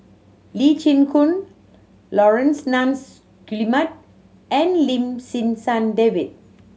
Lee Chin Koon Laurence Nunns Guillemard and Lim Sim San David